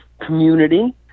community